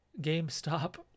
GameStop